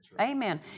Amen